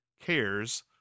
cares